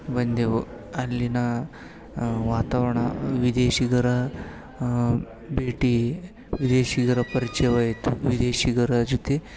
ಬಂದೆವು ಅಲ್ಲಿನ ವಾತಾವರಣ ವಿದೇಶಿಗರ ಭೇಟಿ ವಿದೇಶಿಗರ ಪರಿಚಯವಾಯಿತು ವಿದೇಶಿಗರ ಜೊತೆ